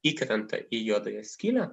įkrenta į juodąją skylę